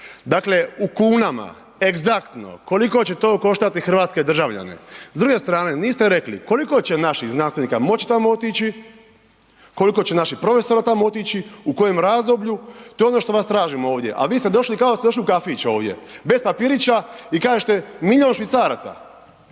Dakle, u kunama egzaktno koliko će to koštati hrvatske državljane. S druge strane niste rekli koliko će naših znanstvenika moći tamo otići, koliko će naših profesora tamo otići, u kojem razdoblju to je ono što vas tražimo ovdje. A vi ste došli kao da ste došli u kafić ovdje, bez papirića i kažete milijon švicaraca.